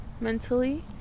mentally